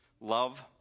Love